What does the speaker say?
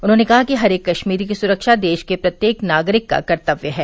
उन्होंने कहा कि हरेक कश्मीरी की सुरक्षा देश के प्रत्येक नागरिक का कर्तव्य है